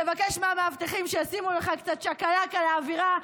תבקש מהמאבטחים שישימו לך קצת צ'קלקה לאווירה,